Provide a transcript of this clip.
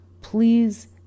please